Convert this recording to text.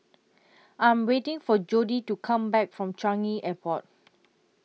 I Am waiting For Jodie to Come Back from Changi Airport